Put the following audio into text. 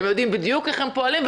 הם יודעים בדיוק איך הם פועלים,